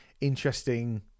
interesting